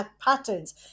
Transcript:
patterns